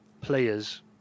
players